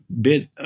bit